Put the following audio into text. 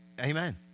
Amen